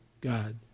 God